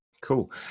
Cool